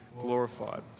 glorified